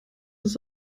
das